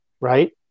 Right